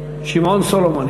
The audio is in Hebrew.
שמעון סולומון.